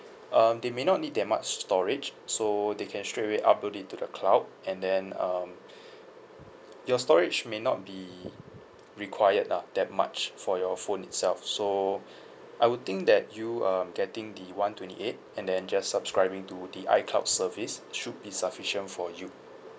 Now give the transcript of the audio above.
um they may not need that much storage so they can straight away upload it to the cloud and then um your storage may not be required lah that much for your phone itself so I would think that you um getting the one twenty eight and then just subscribing to the icloud service should be sufficient for you